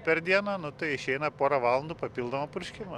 per dieną nu tai išeina porą valandų papildomo purškimo